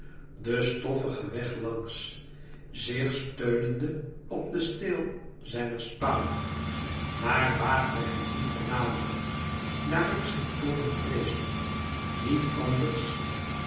den stoffigen weg langs zich steunende op den steel zijner spade maar waagde hem niet te naderen daar ik zijn toorn vreesde niet anders